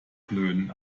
klönen